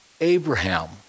Abraham